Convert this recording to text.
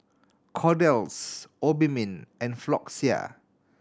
Kordel's Obimin and Floxia